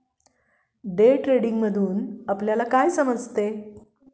दिवस व्यापारातून आपल्यला काय समजते